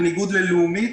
בניגוד ללאומית,